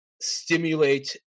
stimulate